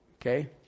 Okay